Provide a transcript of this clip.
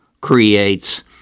creates